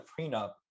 prenup